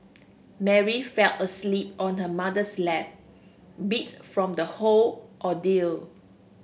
Mary fell asleep on her mother's lap beat from the whole ordeal